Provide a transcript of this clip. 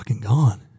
gone